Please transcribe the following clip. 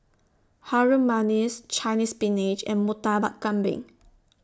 Harum Manis Chinese Spinach and Murtabak Kambing